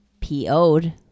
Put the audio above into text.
PO'd